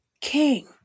King